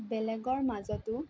বেলেগৰ মাজতো